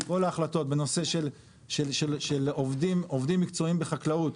כל ההחלטות בנושא של עובדים מקצועיים בחקלאות,